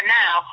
now